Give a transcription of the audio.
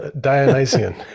Dionysian